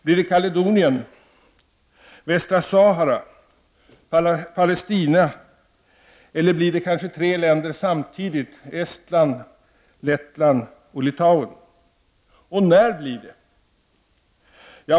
Blir det Kaledonien, Västra Sahara, Palestina eller kanske tre länder samtidigt — Estland, Lettland och Litauen? Och när blir det?